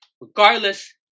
Regardless